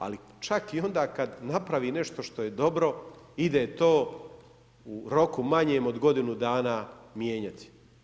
Ali čak i onda kad napravi nešto što je dobro ide to u roku manjem od godinu dana mijenjati.